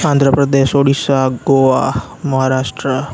Andhra Pradesh Odisha Goa Maharashtra